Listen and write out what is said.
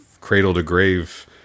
cradle-to-grave